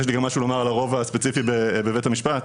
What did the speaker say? יש לי גם משהו לומר על הרוב הספציפי בבית המשפט.